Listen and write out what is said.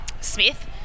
Smith